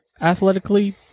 athletically